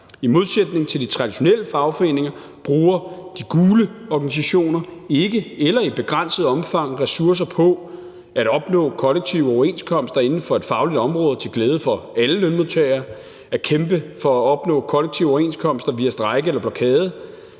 I modsætning til de traditionelle fagforeninger bruger de gule organisationer ikke eller i begrænset omfang ressourcer på at opnå kollektive overenskomster inden for et fagligt område til glæde for alle lønmodtagere, at kæmpe for at opnå kollektive overenskomster via strejke eller blokade,